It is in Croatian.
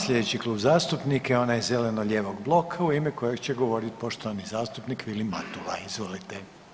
Sljedeći klub zastupnika je onaj zeleno-lijevog bloka u ime kojeg će govoriti poštovani zastupnik Vilim Matula, izvolite.